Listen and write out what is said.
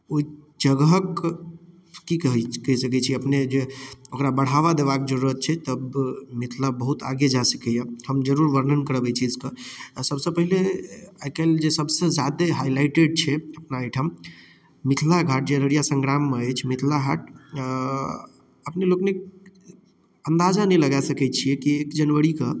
ओहि जगहके कि कहि कहि सकै छी अपने जे ओकरा बढ़ावा देबाक जरूरत छै तब मिथिला बहुत आगे जा सकैया हम जरूर वर्णन करब एहि चीजके आ सभसँ पहिले आइ कल्हि जे सभसँ जादे हाइ लाइटेड छै अपना एहिठाम मिथिला हाट जे अररिया सङ्ग्राम मे अछि मिथिला हाट अपने लोकनिक अन्दाजा नहि लागि सकै छियै कि एक जनवरी के